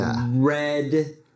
red